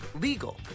legal